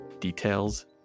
Details